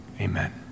Amen